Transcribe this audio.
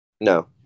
No